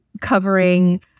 covering